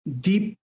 deep